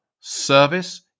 service